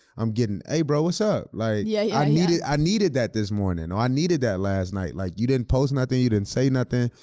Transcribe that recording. i'm getting, hey, bro, what's up? like yeah i needed that this morning, or i needed that last night. like you didn't post nothing, you didn't say nothing.